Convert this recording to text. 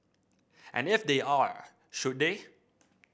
and if they are should they